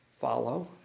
follow